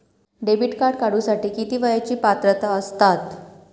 Debit card काढूसाठी किती वयाची पात्रता असतात?